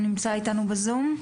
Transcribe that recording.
הוא נמצא איתנו בזום?